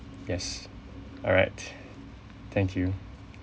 yes alright thank you